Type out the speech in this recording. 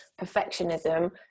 perfectionism